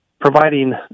providing